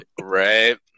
Right